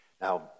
Now